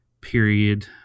period